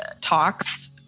talks